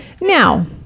Now